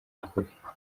kure